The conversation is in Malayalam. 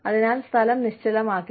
അതിനാൽ സ്ഥലം നിശ്ചലമാകില്ല